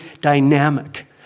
dynamic